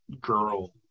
girl